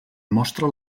mostra